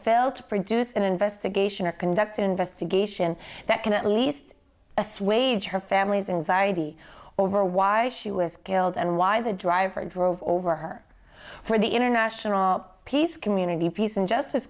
to produce an investigation or conduct an investigation that can at least assuage her family's inside or her why she was killed and why the driver drove over her for the international peace community peace and justice